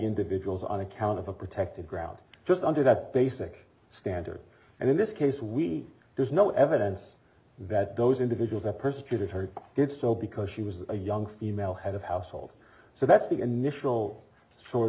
individuals on account of a protected ground just under that basic standard and in this case we there's no evidence that those individuals are persecuted her did so because she was a young female head of household so that's the initial sort